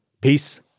Peace